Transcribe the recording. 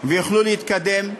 ויוכלו להתקדם.